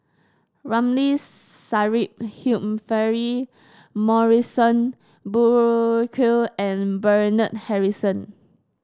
Ramli Sarip Humphrey Morrison Burkill and Bernard Harrison